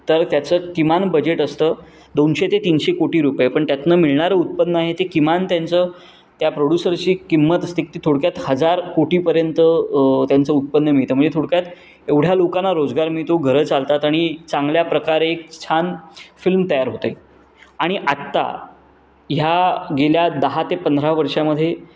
तर त्याचं किमान बजेट असतं दोनशे ते तीनशे कोटी रुपये पण त्यातून मिळणारं उत्पन्न आहे ते किमान त्यांचं त्या प्रोडूसरची किंमत असते ती थोडक्यात हजार कोटीपर्यंत त्यांचं उत्पन्न मिळतं म्हणजे थोडक्यात एवढ्या लोकांना रोजगार मिळतो घरं चालतात आणि चांगल्या प्रकारे एक छान फिल्म तयार होते आणि आत्ता ह्या गेल्या दहा ते पंधरा वर्षांमध्ये